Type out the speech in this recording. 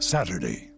Saturday